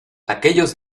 aquellos